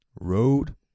Road